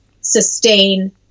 sustain